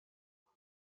آسیب